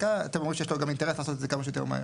אתם גם אומרים שיש לו אינטרס לעשות את זה כמה שיותר מהר.